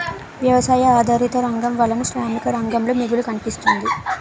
వ్యవసాయ ఆధారిత రంగం వలన శ్రామిక రంగంలో మిగులు కనిపిస్తుంది